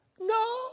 No